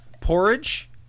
Porridge